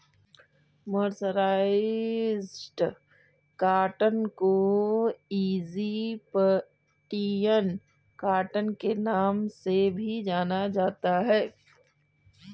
mercerised cotton को Egyptian cotton के नाम से भी जाना जाता है